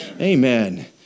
Amen